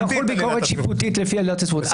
תחול ביקורת שיפוטית לפי עילת הסבירות.